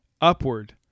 upward